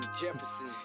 Jefferson